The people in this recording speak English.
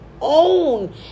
own